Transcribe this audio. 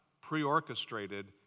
pre-orchestrated